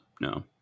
No